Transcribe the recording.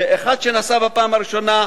ואחד שנסע בפעם הראשונה,